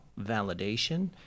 validation